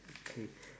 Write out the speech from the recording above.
K